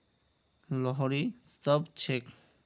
लोहड़ी कब छेक